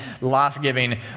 life-giving